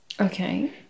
Okay